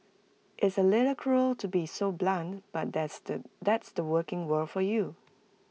it's A little cruel to be so blunt but that's the that's the working world for you